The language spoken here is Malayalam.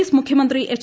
എസ് മുഖ്യമന്ത്രി എച്ച്